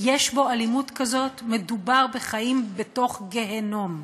יש בו אלימות כזאת, מדובר בחיים בתוך גיהינום.